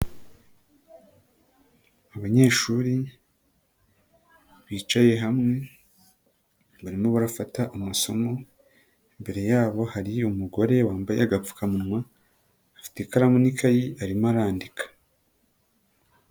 Abanyeshuri bicaye hamwe barimo barafata amasomo, imbere yabo hari umugore wambaye agapfukamunwa, afite ikaramu n'ikayi arimo arandika.